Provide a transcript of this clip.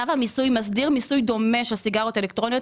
צו המיסוי מסדיר מיסוי דומה של סיגריות אלקטרוניות